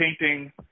painting